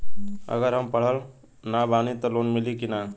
अगर हम पढ़ल ना बानी त लोन मिली कि ना?